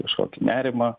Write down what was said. kažkokį nerimą